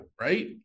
Right